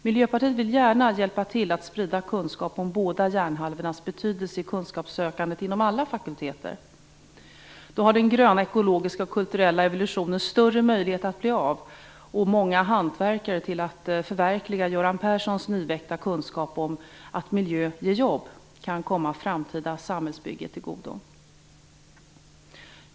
Miljöpartiet vill gärna hjälpa till att sprida kunskap om båda hjärnhalvornas betydelse i kunskapssökandet inom alla fakulteter. Då har den gröna ekologiska och kulturella evolutionen större möjlighet att bli av. Och många hantverkare för att förverkliga Göran Perssons nyväckta kunskap om att miljö ger jobb kan komma framtida samhällsbyggen till godo.